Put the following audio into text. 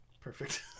Perfect